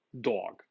dog